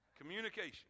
Communication